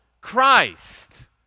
Christ